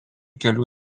kelių